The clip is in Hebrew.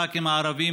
הח"כים הערבים,